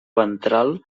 ventral